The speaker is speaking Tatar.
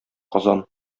казан